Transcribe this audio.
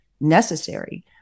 necessary